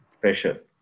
pressure